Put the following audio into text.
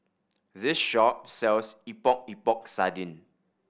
this shop sells Epok Epok Sardin